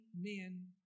men